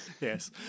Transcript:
Yes